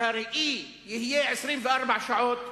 שהראי יהיה 24 שעות,